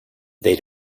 they